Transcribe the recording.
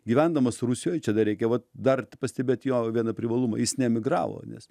gyvendamas rusijoje čia dar reikia vat dar pastebėti jo vieną privalumą jis neemigravo nes